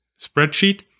spreadsheet